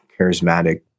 charismatic